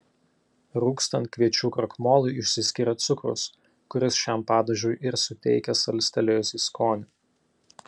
rūgstant kviečių krakmolui išsiskiria cukrus kuris šiam padažui ir suteikia salstelėjusį skonį